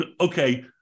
Okay